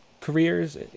careers